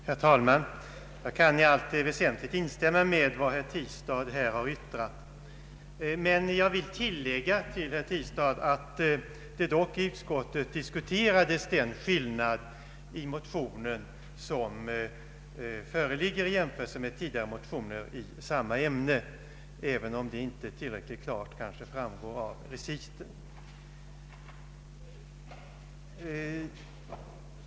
Herr talman! Jag kan i allt väsentligt instämma i vad herr Tistad har yttrat, men jag vill tillägga att vi i utskottet diskuterade skillnaden mellan de motioner som nu föreligger och tidigare motioner i samma ämne, även om den inte tillräckligt klart framgår av reciten.